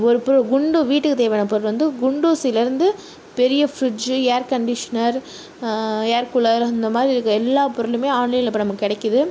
ஒரு குண்டு வீட்டுக்குத் தேவையான பொருள் வந்து குண்டூசிலேருந்து பெரிய fridge air conditioner air cooler அந்த மாதிரி இருக்கற எல்லா பொருளுமே ஆன்லைனில் இப்போது நமக்குக் கிடைக்குது